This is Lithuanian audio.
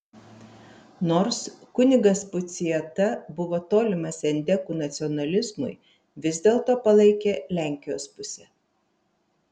nors kunigas puciata buvo tolimas endekų nacionalizmui vis dėlto palaikė lenkijos pusę